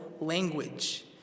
language